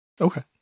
Okay